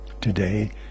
today